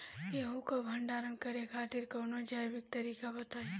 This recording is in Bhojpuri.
गेहूँ क भंडारण करे खातिर कवनो जैविक तरीका बताईं?